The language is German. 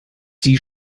die